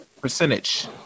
percentage